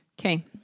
Okay